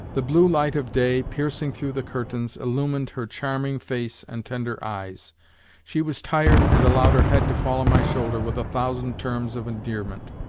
the blue light of day, piercing through the curtains, illumined her charming face and tender eyes she was tired and allowed her head to fall on my shoulder with a thousand terms of endearment.